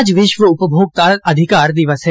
आज विश्व उपभोक्ता अधिकार दिवस है